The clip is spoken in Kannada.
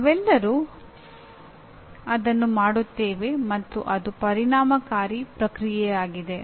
ನಾವೆಲ್ಲರೂ ಅದನ್ನು ಮಾಡುತ್ತೇವೆ ಮತ್ತು ಅದು ಪರಿಣಾಮಕಾರಿ ಪ್ರತಿಕ್ರಿಯೆಯಾಗಿದೆ